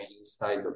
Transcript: inside